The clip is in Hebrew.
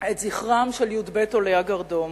את זכרם של י"ב עולי הגרדום: